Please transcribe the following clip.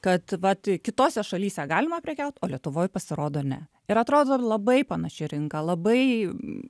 kad vat kitose šalyse galima prekiaut o lietuvoj pasirodo ne ir atrodo ir labai panaši rinka labai